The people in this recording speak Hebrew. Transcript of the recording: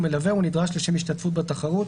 ומלווהו הנדרש לשם השתתפות בתחרות,